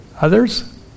Others